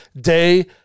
day